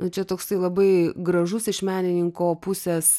nu čia toksai labai gražus iš menininko pusės